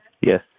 Yes